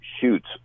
shoots